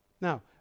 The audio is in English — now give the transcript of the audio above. Now